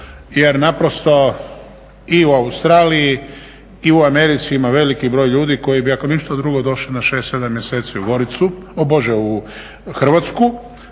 jer i u Australiji i u Americi ima veliki broj ljudi koji bi ako ništa drugo došli na 6, 7 mjeseci u Hrvatsku